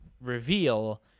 reveal